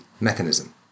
mechanism